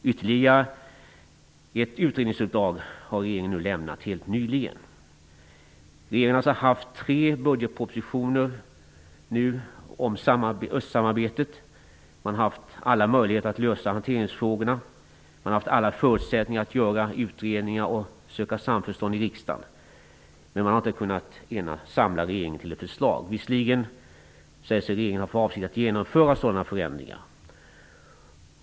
Ytterligare ett utredningsuppdrag har regeringen lämnat helt nyligen. Regeringen har alltså lagt fram tre budgetpropositioner om östsamarbetet. Man har haft alla möjligheter att lösa hanteringsfrågorna. Man har haft alla förutsättningar att göra utredningar och söka samförstånd i riksdagen. Men man har inte kunnat samla regeringen till ett förslag. Visserligen säger sig regeringen ha för avsikt att genomföra sådana förändringar.